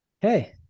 Hey